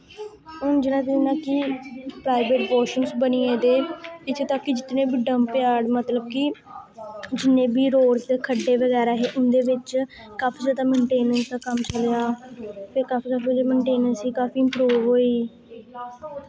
हून जि'यां जि'यां कि प्राइवेट वाशरूम्स बनी गेदे इत्थै तक कि जितने बी डंपयार्ड मतलब कि जिन्ने बी रोड्स दे खड्डे बगैरा हे उं'दे बिच्च काफी जैदा मेन्टेनन्स दा कम्म चलेआ ते काफी काफी मेन्टेनन्स ही काफी इम्प्रूव होई